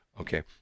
Okay